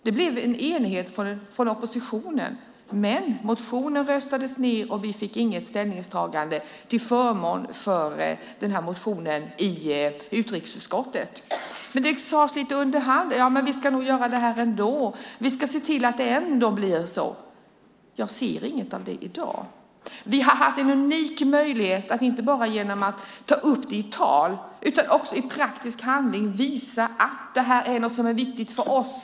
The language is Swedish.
Det blev en enighet från oppositionen, men motionen röstades ned. Vi fick inget ställningstagande till förmån för den här motionen i utrikesutskottet. Men det sades lite under hand: Ja, men vi ska nog göra det här ändå. Vi ska se till att det blir så. Jag ser inget av det i dag. Vi har haft en unik möjlighet att inte bara ta upp det i tal utan att också i praktisk handling visa att det här är något som är viktigt för oss.